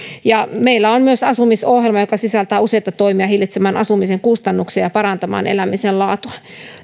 meillä on myös asumisohjelma joka sisältää useita toimia hillitsemään asumisen kustannuksia ja parantamaan elämisen laatua